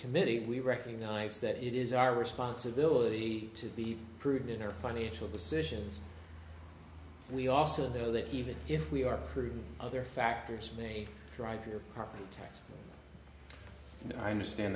committee we recognize that it is our responsibility to be prudent in our financial decisions we also know that even if we are prudent other factors may drive your property tax and i understand